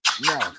No